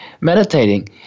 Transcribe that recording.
meditating